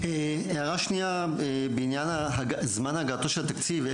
הערה שנייה בעניין זמן הגעתו של התקציב,